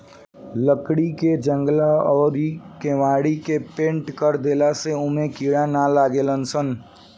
लकड़ी के जंगला अउरी केवाड़ी के पेंनट कर देला से ओमे कीड़ा ना लागेलसन